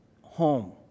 home